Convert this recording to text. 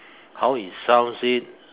how it sounds it